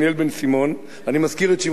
אני מזכיר את שמך כדי שיצלמו אותך,